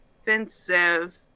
offensive